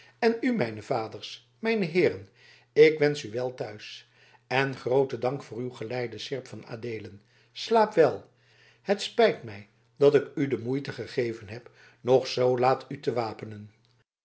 en u mijne vaders mijne heeren ik wensch u wel thuis en grooten dank voor uw geleide seerp van adeelen slaap wel het spijt mij dat ik u de moeite gegeven heb nog zoo laat u te wapenen